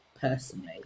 personally